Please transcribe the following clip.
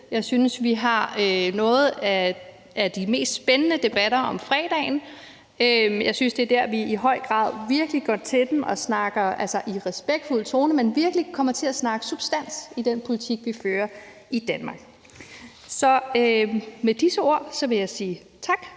Jeg synes, vi har nogle af de mest spændende debatter om fredagen. Jeg synes, det er der, vi i høj grad virkelig går til den og i respektfuld tone virkelig kommer til at snakke substans i den politik, vi fører i Danmark. Så med disse ord vil jeg sige tak,